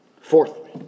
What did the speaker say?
Fourthly